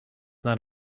not